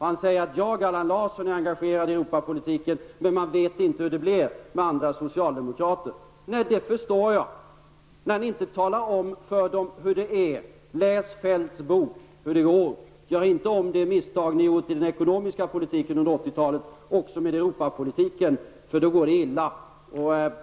Han säger: Jag, Allan Larsson, är engagerad i Europapolitiken, men man vet inte hur det blir med andra socialdemokrater. Nej, det förstår jag, eftersom ni inte talar om för dem hur det är. Läs i Kjell-Olof Feldts bok hur det kan gå och gör inte om det misstag ni har gjort i den ekonomiska politiken under 80-talet även med Europapolitiken, för då går det illa!